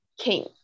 king